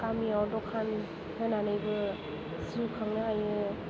गामियाव दखान होनानैबो जिउ खांनो हायो